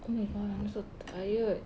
oh my god I'm so tired